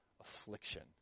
affliction